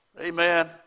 amen